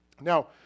Now